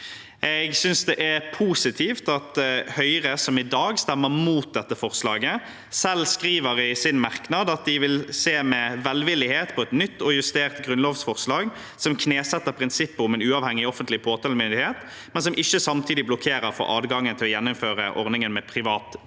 Jeg synes det er positivt at Høyre, som i dag stemmer imot dette forslaget, selv skriver i sin merknad at de vil se med velvillighet på et nytt og justert grunnlovsforslag som knesetter prinsippet om en uavhengig offentlig påtalemyndighet, men som ikke samtidig blokkerer for adgangen til å gjeninnføre ordningen med privat påtale.